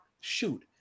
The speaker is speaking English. shoot